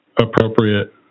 appropriate